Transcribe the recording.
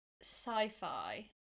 sci-fi